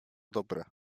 dobre